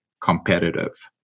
competitive